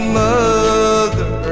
mother